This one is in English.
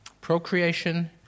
Procreation